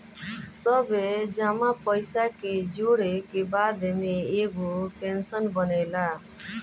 सब जमा पईसा के जोड़ के बाद में एगो पेंशन बनेला